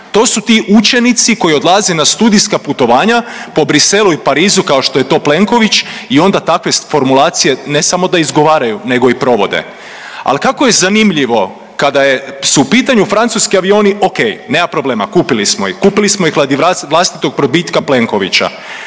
to su ti učenici koji odlaze na studijska putovanja po Bruxellesu i Parizu, kao što je to Plenković i onda takve formulacije, ne samo da izgovaraju nego i provode. Ali kako je zanimljivo, kada su u pitanju francuski avioni, okej, nema problema, kupili smo ih, kupili smo ih radi vlastitog probitka Plenkovića.